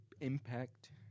impact